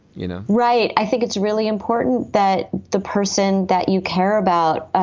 you know right. i think it's really important that the person that you care about,